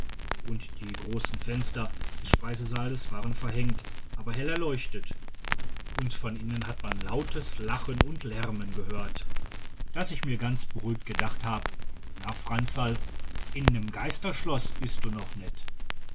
und die großen fenster des speisesaales waren verhängt aber hell erleuchtet und von innen hat man lautes lachen und lärmen gehört daß ich mir ganz beruhigt gedacht hab na franzl in nem geisterschloß bist du noch net